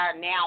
now